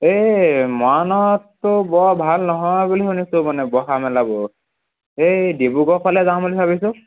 এই মৰাণত ত' বৰ ভাল নহয় বুলি শুনিছোঁ মানে বহা মেলাবোৰ এই ডিব্ৰুগড় ফালে যাম বুলি ভাবিছোঁ